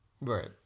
Right